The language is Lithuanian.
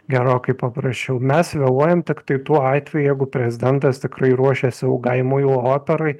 gerokai paprasčiau mes vėluojam tiktai tuo atveju jeigu prezidentas tikrai ruošiasi ilgai muilo operai